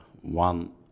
one